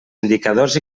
indicadors